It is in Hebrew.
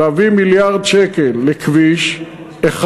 להביא מיליארד שקל לכביש אחד,